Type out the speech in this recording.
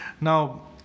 Now